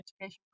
education